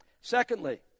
Secondly